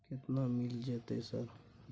केतना मिल जेतै सर?